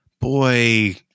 boy